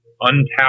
untapped